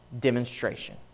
demonstration